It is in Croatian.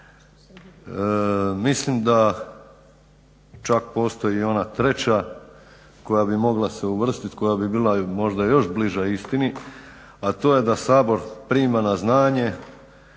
Mislim da čak postoji ona treća koja bi mogla se uvrstit, koja bi bila možda još bliža istini, a to je da Sabor prima na znanje